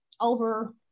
over